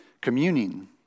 communing